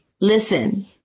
Listen